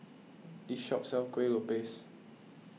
this shop sells Kueh Lopes